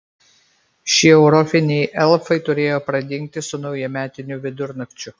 šie europiniai elfai turėjo pradingti su naujametiniu vidurnakčiu